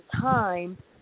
time